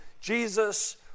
Jesus